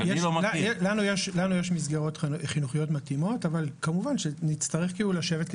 לנו יש מסגרות חינוכיות מתאימות אבל כמובן שנצטרך לשבת,